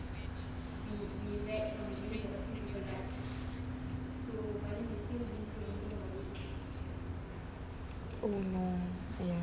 oh no ya